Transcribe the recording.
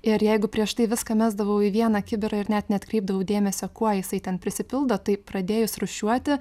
ir jeigu prieš tai viską mesdavau į vieną kibirą ir net neatkreipdavau dėmesio kuo jisai ten prisipildo tai pradėjus rūšiuoti